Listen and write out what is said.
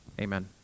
amen